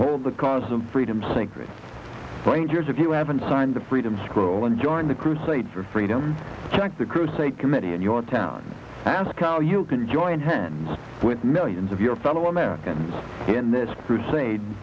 hold the cause of freedom sacred granger's if you haven't signed the freedom scroll and join the crusade for freedom check the crusade committee in your town ask how you can join hands with millions of your fellow americans in this crusade